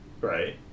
right